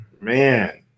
man